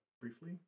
Briefly